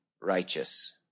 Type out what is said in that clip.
righteous